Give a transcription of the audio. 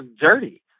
dirty